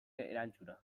erantzuna